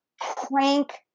crank